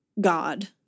God